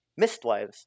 Mistwives